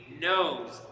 knows